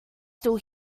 still